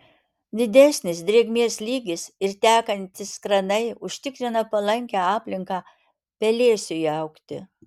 didesnis drėgmės lygis ir tekantys kranai užtikrina palankią aplinką pelėsiui augti